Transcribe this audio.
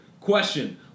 question